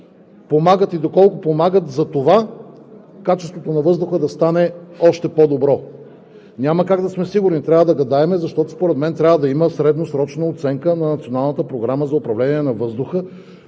помагат и доколко помагат качеството на въздуха да стане още по-добро? Няма как да сме сигурни. Трябва да гадаем, защото според мен трябва да има средносрочна оценка на